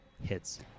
hits